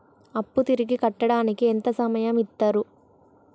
అప్పు తిరిగి కట్టడానికి ఎంత సమయం ఇత్తరు?